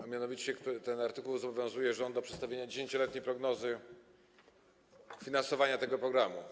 A mianowicie ten artykuł zobowiązuje rząd do przedstawienia 10-letniej prognozy finansowania tego programu.